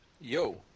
Yo